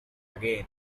again